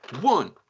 One